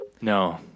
No